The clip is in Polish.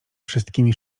wszystkimi